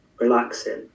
relaxing